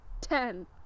Ten